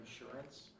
insurance